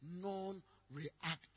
non-reactive